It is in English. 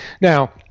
Now